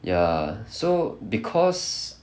ya so because